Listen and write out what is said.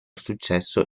successo